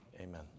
Amen